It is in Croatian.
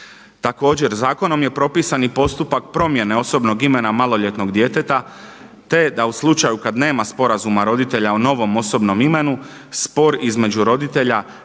Također zakonom je propisani postupak promjene osobnog imena maloljetnog djeteta, te da u slučaju kad nema sporazuma roditelja o novom osobnom imenu spor između roditelja